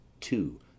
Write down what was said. two